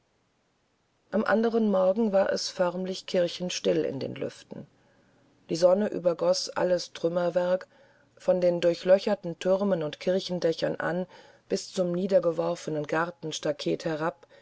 am anderen morgen war es förmlich kirchenstill in den lüften die sonne übergoß alles trümmerwerk von den durchlöcherten türmen und kirchendächern an bis zum niedergeworfenen gartenstaket herab